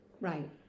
Right